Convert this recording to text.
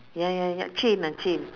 ya ya ya chain uh chain